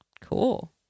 Cool